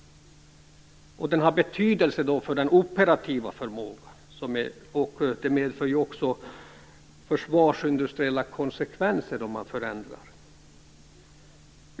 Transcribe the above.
Det har betydelse för den operativa förmågan. Förändringar medför också försvarsindustriella konsekvenser.